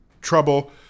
trouble